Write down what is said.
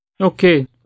okay